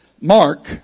Mark